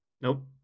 Nope